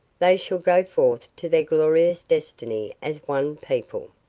they shall go forth to their glorious destiny as one people.